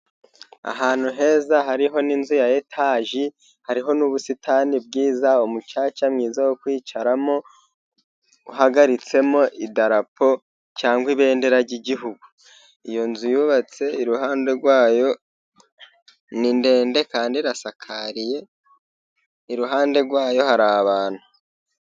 Ahantu heza hariho n'inzu ya etaji, hariho n'ubusitani bwiza, umucaca mwiza wo kwicaramo uhagaritsemo idarapo cyangwa ibendera ry'Igihugu. Iyo nzu yubatse iruhande rwayo ni ndende, kandi irasakariye, iruhande rwayo hari abantu.